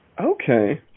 Okay